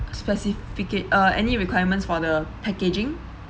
specificat~ uh any requirements for the packaging